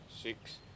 six